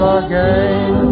again